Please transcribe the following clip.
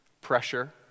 pressure